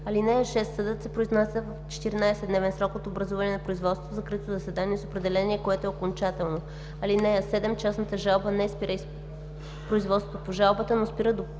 (6) Съдът се произнася в 14-дневен срок от образуване на производството в закрито заседание с определение, което е окончателно. (7) Частната жалба не спира производството по жалбата, но спира